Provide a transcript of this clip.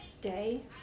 day